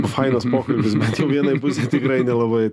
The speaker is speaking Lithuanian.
fainas pokalbis bet jau vienai pusei tikrai nelabai